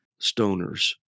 stoners